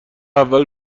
اول